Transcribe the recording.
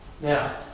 Now